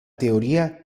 teoría